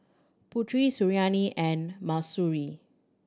Putri Suriani and Mahsuri